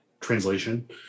translation